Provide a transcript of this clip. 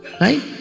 Right